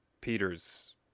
Peter's